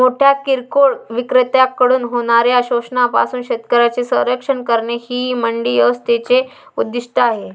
मोठ्या किरकोळ विक्रेत्यांकडून होणाऱ्या शोषणापासून शेतकऱ्यांचे संरक्षण करणे हे मंडी व्यवस्थेचे उद्दिष्ट आहे